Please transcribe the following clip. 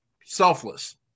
selfless